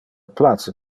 place